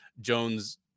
Jones